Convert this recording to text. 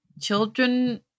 Children